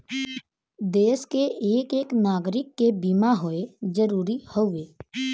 देस के एक एक नागरीक के बीमा होए जरूरी हउवे